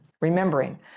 Remembering